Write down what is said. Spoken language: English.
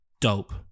dope